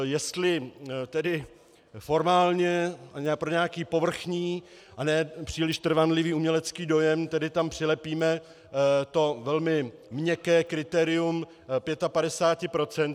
Jestli tedy formálně pro nějaký povrchní a nepříliš trvanlivý umělecký dojem tedy tam přilepíme to velmi měkké kritérium 55 procent.